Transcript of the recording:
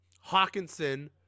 Hawkinson